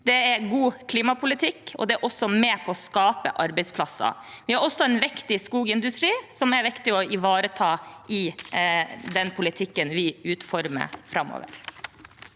det er god klimapolitikk, og det er også med på å skape arbeidsplasser. Vi har en viktig skogindustri, som er viktig å ivareta i den politikken vi utformer framover.